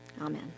Amen